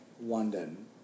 London